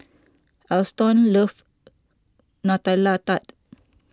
Alston loves Nutella Tart